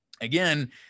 Again